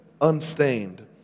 unstained